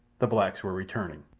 the blacks were returning.